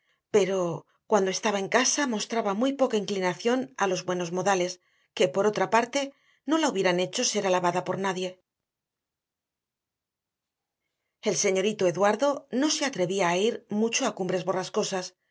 pero cuando estaba en casa mostraba muy poca inclinación a los buenos modales que por otra parte no la hubieran hecho ser alabada por nadie el señorito eduardo no se atrevía a ir mucho a cumbres